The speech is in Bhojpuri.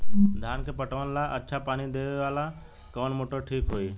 धान के पटवन ला अच्छा पानी देवे वाला कवन मोटर ठीक होई?